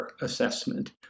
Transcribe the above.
assessment